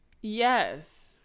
Yes